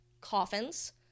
coffins